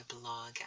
blog